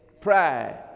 Pride